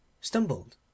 stumbled